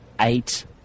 eight